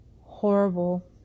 horrible